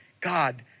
God